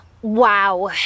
Wow